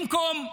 במקום,